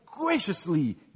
graciously